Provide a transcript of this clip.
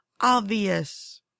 obvious